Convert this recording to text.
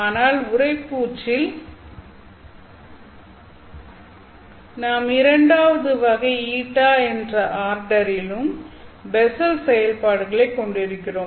ஆனால் உறைப்பூச்சில் நாம் இரண்டாவது வகை மற்றும் η என்ற ஆர்டரிலும் பெஸ்ஸல் செயல்பாடுகளைக் கொண்டிருக்கிறோம்